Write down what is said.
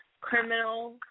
criminal